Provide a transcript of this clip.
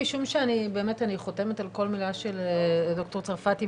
משום שאני חותמת על כל מילה של ד"ר צרפתי,